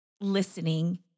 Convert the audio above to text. listening